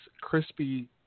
Crispy